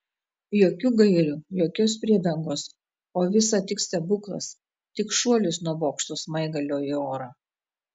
jokių gairių jokios priedangos o visa tik stebuklas tik šuolis nuo bokšto smaigalio į orą